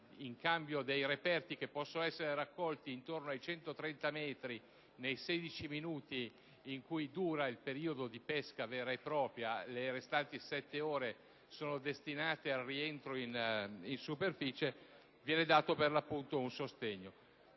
in cambio dei reperti che possono essere raccolti intorno ai 130 metri nei 16 minuti in cui dura il periodo di pesca vera e propria, dal momento che le restanti sette ore sono destinate al rientro in superficie. È inutile che spieghi ai colleghi